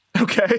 Okay